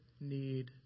need